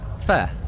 Fair